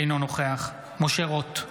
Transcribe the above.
אינו נוכח משה רוט,